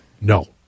no